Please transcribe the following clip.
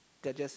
that just